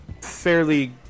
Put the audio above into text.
fairly